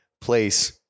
place